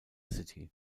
city